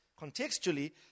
contextually